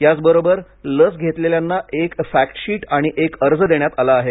याचबरोबर लस घेतलेल्यांना एक फॅक्टशीट आणि एक अर्ज देण्यात आला आहे